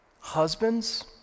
Husbands